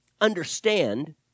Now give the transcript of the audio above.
understand